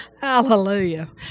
Hallelujah